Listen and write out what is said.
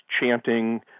chanting